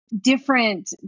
different